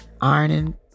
ironing